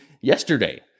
yesterday